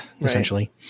essentially